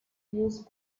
used